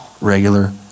regular